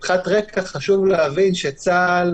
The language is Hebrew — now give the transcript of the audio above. מבחינת רקע, חשוב להבין שצה"ל